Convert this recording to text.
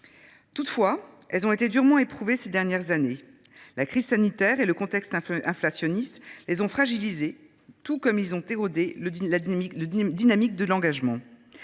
Toutefois, elles ont été durement éprouvées ces dernières années. La crise sanitaire et le contexte inflationniste les ont fragilisées, tout comme ils ont érodé la dynamique de l’engagement.